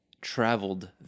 traveled